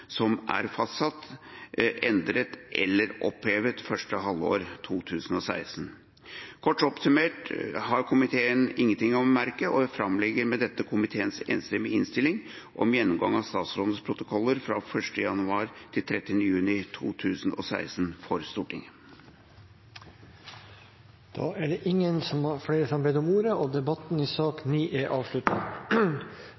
som er fastsatt, endret eller opphevet første halvår 2016. Kort oppsummert har komiteen ingenting å bemerke, og jeg framlegger med dette komiteens enstemmige innstilling om gjennomgangen av statsrådets protokoller fra 1. januar til 30. juni 2016 for Stortinget. Flere har ikke bedt om ordet til sak nr. 9. Ingen har bedt om ordet. Under debatten er det satt fram i